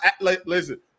Listen